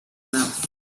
mouth